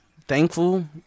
thankful